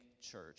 church